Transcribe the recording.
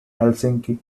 helsinki